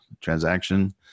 transaction